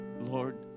Lord